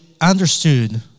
understood